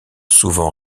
souvent